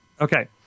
Okay